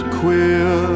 queer